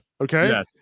Okay